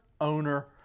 owner